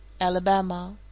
ALABAMA